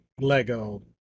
lego